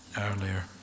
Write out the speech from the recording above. earlier